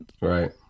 Right